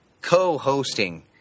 Co-hosting